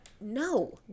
No